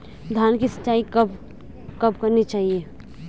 धान की सिंचाईं कब कब करनी चाहिये?